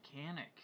mechanic